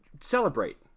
Celebrate